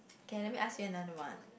K let me ask you another one